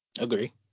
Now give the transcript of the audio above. Agree